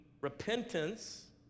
repentance